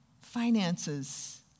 finances